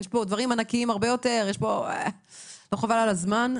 יש דברים הרבה יותר ענקיים ושחבל על הזמן.